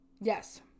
Yes